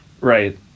Right